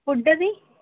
food అది